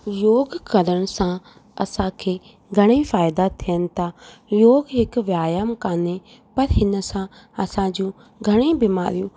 योग करण सां असां खे घणई फ़ाइदा थियनि था योगु हिकु व्यायाम काने पर हिन सां असां जूं घणेई बीमारियूं